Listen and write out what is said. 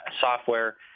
software